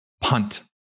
punt